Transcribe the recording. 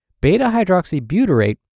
Beta-hydroxybutyrate